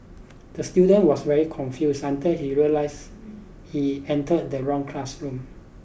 the student was very confused until he realised he entered the wrong classroom